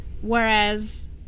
whereas